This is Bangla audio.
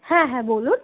হ্যাঁ হ্যাঁ বলুন